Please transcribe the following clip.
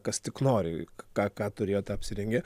kas tik nori ką ką turėjo tą apsirengė